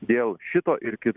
dėl šito ir kit